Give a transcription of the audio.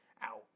out